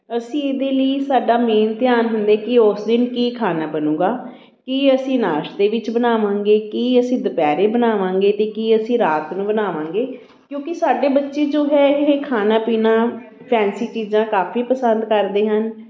ਅਸੀਂ ਇਹਦੇ ਲਈ ਸਾਡਾ ਮੇਨ ਧਿਆਨ ਹੁੰਦਾ ਕਿ ਉਸ ਦਿਨ ਕੀ ਖਾਣਾ ਬਣੇਗਾ ਕੀ ਅਸੀਂ ਨਾਸ਼ਤੇ ਵਿੱਚ ਬਣਾਵਾਂਗੇ ਕੀ ਅਸੀਂ ਦੁਪਹਿਰੇ ਬਣਾਵਾਂਗੇ ਅਤੇ ਕੀ ਅਸੀਂ ਰਾਤ ਨੂੰ ਬਣਾਵਾਂਗੇ ਕਿਉਂਕਿ ਸਾਡੇ ਬੱਚੇ ਜੋ ਹੈ ਇਹ ਖਾਣਾ ਪੀਣਾ ਫੈਂਸੀ ਚੀਜ਼ਾਂ ਕਾਫੀ ਪਸੰਦ ਕਰਦੇ ਹਨ